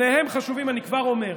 שניהם חשובים, אני כבר אומר.